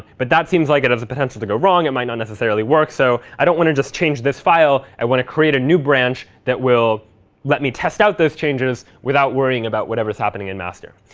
but that seems like it has the potential to go wrong. it might not necessarily work. so i don't want to just change this file. i want to create a new branch that will let me test out those changes without worrying about whatever is happening in master.